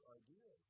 idea